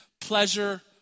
pleasure